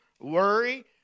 worry